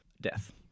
Death